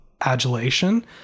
adulation